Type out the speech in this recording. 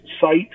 site